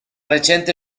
recente